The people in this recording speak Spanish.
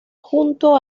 junto